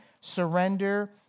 surrender